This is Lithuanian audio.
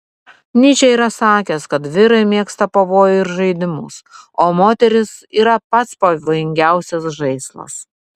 nyčė yra sakęs kad vyrai mėgsta pavojų ir žaidimus o moterys yra pats pavojingiausias žaislas